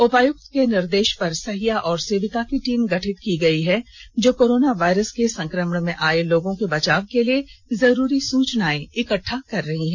उपायुक्त के निर्देश पर सहिया और सेविका की टीम गठित की गई है जो कोरोना वायरस के संक्रमण में आए लोगों के बचाव के लिए जरूरी सूचनाएं इकट्ठा कर रहीं हैं